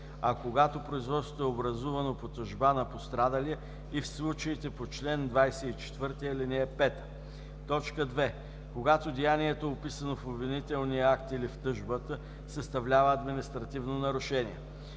а когато производството е образувано по тъжба на пострадалия – и в случаите по чл. 24, ал. 5; 2. когато деянието, описано в обвинителния акт или в тъжбата, съставлява административно нарушение.